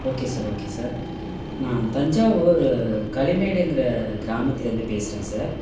okay sir okay sir நான் தஞ்சாவூர் களிமேடுங்கிற கிராமத்துலருந்து பேசுகிறேன் சார்